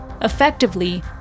effectively